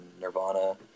Nirvana